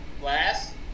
last